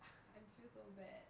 I feel so bad